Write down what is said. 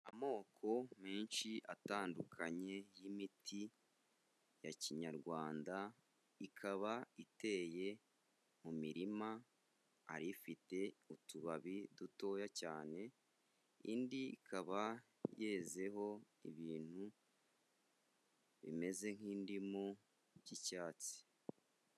Amoko menshi atandukanye y'imiti ya kinyarwanda ikaba iteye mu mirima, hari ifite utubabi dutoya cyane, indi ikaba yezeho ibintu bimeze nk'indimu by'icyatsi.